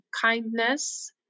kindness